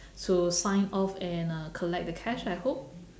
to sign off and uh collect the cash I hope